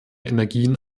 energien